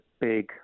big